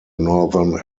northern